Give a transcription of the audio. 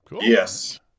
Yes